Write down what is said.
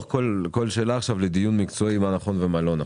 עכשיו כל שאלה לדיון מקצועי על מה נכון ומה לא נכון.